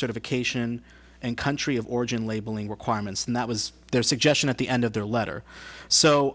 certification and country of origin labeling requirements and that was their suggestion at the end of their letter so